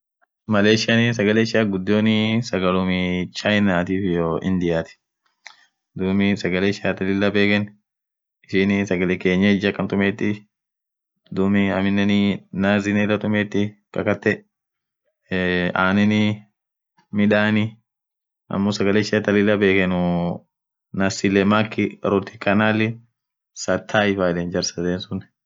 Maleysian sagale ishian ghudio sagalum chinatif iyo indiati sagale ishia thaa lila bekhenu ishin sagale kienyeji akhan tumeti dhub aminen nazi lila tumeti kakate anenin midhani ammo sagale ishia tha lila bekhenu nasilemeki rooti kanali satiivaa jarsadheni suun